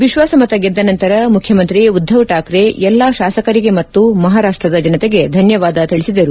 ವಿಶ್ವಾಸ ಮತ ಗೆದ್ದ ನಂತರ ಮುಖ್ಯಮಂತ್ರಿ ಉದ್ಧವ್ ಠಾಕ್ರೆ ಎಲ್ಲಾ ಶಾಸಕರಿಗೆ ಮತ್ತು ಮಪಾರಾಷ್ಟದ ಜನತೆಗೆ ಧನ್ಯವಾದ ತಿಳಿಸಿದರು